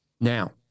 now